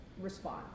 respond